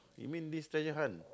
you mean this treasure hunt